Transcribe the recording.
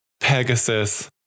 Pegasus